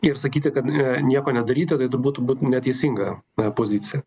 ir sakyti kad nieko nedaryti tai turbūt būtų neteisinga pozicija